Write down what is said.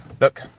Look